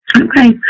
Okay